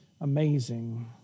amazing